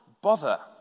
bother